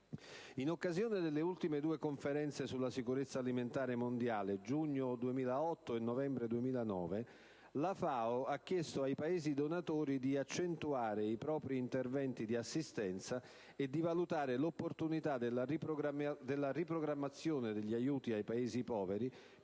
In occasione delle ultime due Conferenze sulla sicurezza alimentare mondiale (giugno 2008 e novembre 2009), la FAO ha chiesto ai Paesi donatori di accentuare i propri interventi di assistenza e di valutare l'opportunità della riprogrammazione degli aiuti ai Paesi poveri